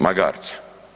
Magarca.